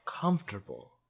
comfortable